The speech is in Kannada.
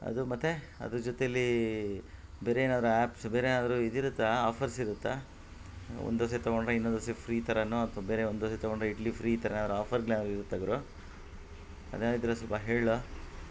ಅದು ಮತ್ತೆ ಅದರ ಜೊತೆಯಲ್ಲಿ ಬೇರೆ ಏನಾದರು ಆ್ಯಪ್ಸ್ ಬೇರೆ ಏನಾದರು ಇದಿರುತ್ತಾ ಆಫರ್ಸ್ ಇರುತ್ತಾ ಒಂದು ದೋಸೆ ತೊಗೊಂಡ್ರೆ ಇನ್ನೊಂದು ದೋಸೆ ಫ್ರೀ ಥರವೋ ಅಥ್ವಾ ಬೇರೆ ಒಂದು ದೋಸೆ ತೊಗೊಂಡ್ರೆ ಇಡ್ಲಿ ಫ್ರೀ ಈ ಥರ ಏನಾದ್ರು ಆಫರ್ಗಳು ಇರುತ್ತಾ ಗುರು ಅದೇನಾದ್ರು ಇದ್ರೆ ಸ್ವಲ್ಪ ಹೇಳು